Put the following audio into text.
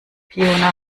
fiona